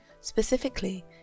Specifically